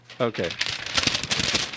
Okay